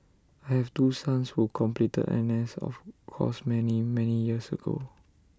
I have two sons who completed NS of course many many years ago